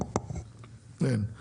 אין.